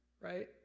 right